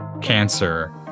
cancer